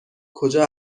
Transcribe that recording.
کجا